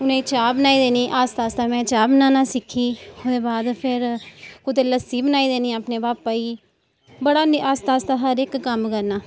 उ'नें गी चाह् बनाई देनी आस्ता आस्ता मैं चाह् बनाना सिक्खी ओह्दे बाद फिर कुतै लस्सी बनाई देनी अपने पापा जी गी बड़े आस्ता आस्ता हर इक्क कम्म करना हैना